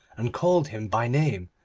and called him by name,